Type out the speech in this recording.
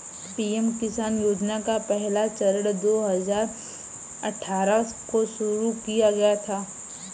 PM किसान योजना का पहला चरण दो हज़ार अठ्ठारह को शुरू किया गया था